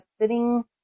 sitting